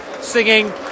singing